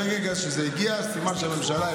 ברגע שזה הגיע, סימן שהממשלה הביאה את זה.